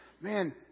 Man